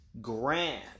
grand